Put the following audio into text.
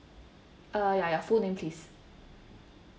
uh ya your full name please